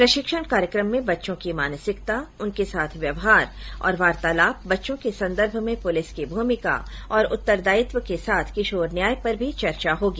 प्रशिक्षण कार्यक्रम में बच्चों की मानसिकता उनके साथ व्यवहार और वार्तालाप बच्चों के संदर्भ में पुलिस की भूमिका और उतरदायित्व के साथ किशोर न्याय पर भी चर्चा होगी